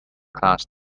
class